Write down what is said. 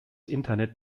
internet